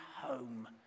home